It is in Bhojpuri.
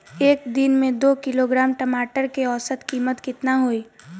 एक दिन में दो किलोग्राम टमाटर के औसत कीमत केतना होइ?